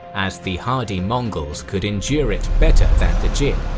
as the hardy mongols could endure it better than the jin.